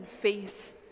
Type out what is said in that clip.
faith